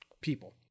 people